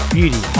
Beauty